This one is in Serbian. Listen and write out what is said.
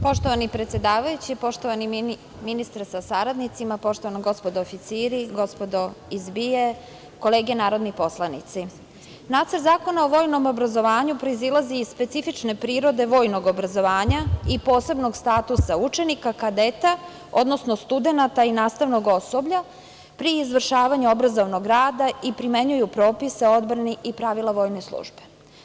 Poštovani predsedavajući, poštovani ministre sa saradnicima, poštovana gospodo oficiri, gospodo iz BIA, kolege narodni poslanici, Nacrt Zakona o vojnom obrazovanju proizilazi iz specifične prirode vojnog obrazovanja i posebnog statusa učenika kadeta, odnosno studenata i nastavnog osoblja pri izvršavanju obrazovnog rada, i primenjuju propise odbrani i pravila vojne službe.